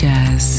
Jazz